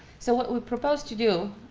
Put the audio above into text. so what we propose to do,